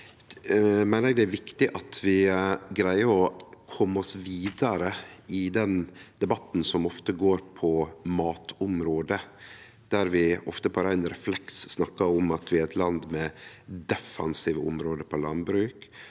meiner eg det er viktig at vi greier å kome oss vidare i debatten som ofte går på matområdet, der vi ofte på rein refleks snakkar om at vi er eit land med defensive område som landbruk